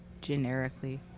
generically